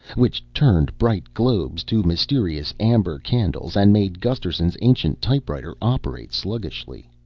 which turned bright globes to mysterious amber candles and made gusterson's ancient typewriter operate sluggishly.